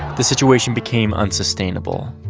the situation became unsustainable.